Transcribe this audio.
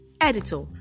editor